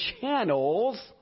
channels